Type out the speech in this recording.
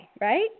right